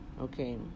Okay